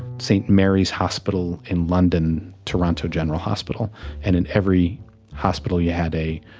st. mary's hospital in london, toronto general hospital and in every hospital, you had a